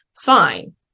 fine